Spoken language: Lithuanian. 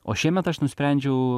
o šiemet aš nusprendžiau